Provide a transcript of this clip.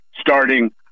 starting